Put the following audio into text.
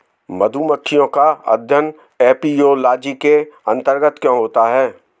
मधुमक्खियों का अध्ययन एपियोलॉजी के अंतर्गत क्यों होता है?